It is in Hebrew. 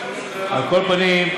על כל פנים,